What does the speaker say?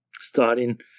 starting